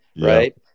Right